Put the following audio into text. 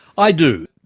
i do.